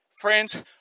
Friends